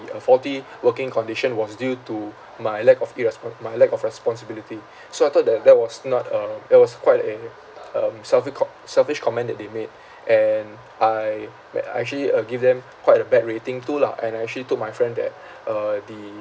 uh faulty working condition was due to my lack of irrespon~ my lack of responsibility so I thought that that was not a it was quite a um selfi~ com~ selfish comment that they made and I where I actually uh give them quite a bad rating too lah and I actually told my friend that uh the